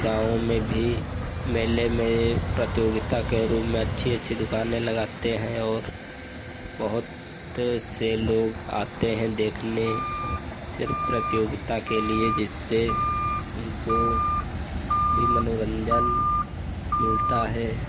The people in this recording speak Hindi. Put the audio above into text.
गाँव में भी मेले में प्रतियोगिता के रूप में अच्छी अच्छी दुक़ानें लगाते हैं और बहुत से लोग आते हैं देखने सिर्फ प्रतियोगिता के लिए जिससे उनको भी मनोरन्जन भी मिलता है